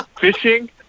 fishing